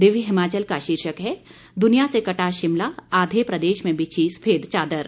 दिव्य हिमाचल का शीर्षक है दुनिया से कटा शिमला आधे प्रदेश में बिछी सफेद चादर